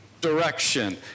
direction